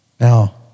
Now